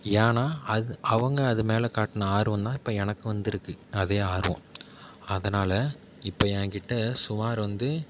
ஏன்னா அது அவங்க அது மேல் காட்டின ஆர்வம் தான் இப்போ எனக்கு வந்துருக்குது அதே ஆர்வம் அதனால் இப்போ என்கிட்ட சுமார் வந்து